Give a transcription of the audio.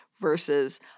versus